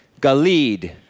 Galid